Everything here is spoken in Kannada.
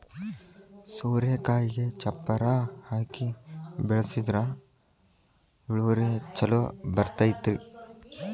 ಸೋರೆಕಾಯಿಗೆ ಚಪ್ಪರಾ ಹಾಕಿ ಬೆಳ್ಸದ್ರ ಇಳುವರಿ ಛಲೋ ಬರ್ತೈತಿ